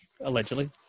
allegedly